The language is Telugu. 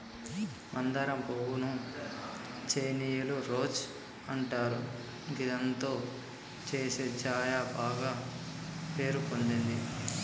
మందారం పువ్వు ను చైనీయుల రోజ్ అంటారు గిదాంతో చేసే ఛాయ బాగ పేరు పొందింది